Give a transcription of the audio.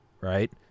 Right